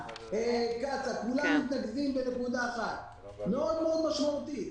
כולם מתנקזים בנקודה אחת מאוד משמעותית,